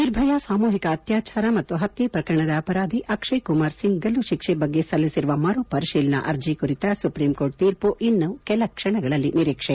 ನಿರ್ಭಯಾ ಸಾಮೂಹಿಕ ಅತ್ಯಾಚಾರ ಮತ್ತು ಹತ್ಯೆ ಪ್ರಕರಣದ ಅಪರಾಧಿ ಅಕ್ಷಯ್ ಕುಮಾರ್ ಸಿಂಗ್ ಗಲ್ಲು ಶಿಕ್ಷೆ ಬಗ್ಗೆ ಸಲ್ಲಿಸಿರುವ ಮರು ಪರಿಶೀಲನಾ ಅರ್ಜಿ ಕುರಿತ ಸುಪ್ರೀಂಕೋಟ್ ತೀರ್ಪು ಇನ್ನು ಕೆಲ ಕ್ವಣಗಳಲ್ಲಿ ನಿರೀಕ್ವೆ